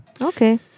Okay